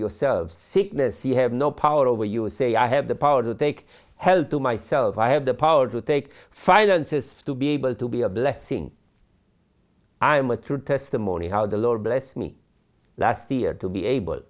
yourselves sickness you have no power over you say i have the power to take hell to myself i have the power to take finances to be able to be a blessing i am a true testimony how the lord blessed me last year to be able